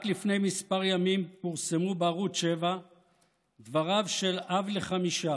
רק לפני כמה ימים פורסמו בערוץ 7 דבריו של אב לחמישה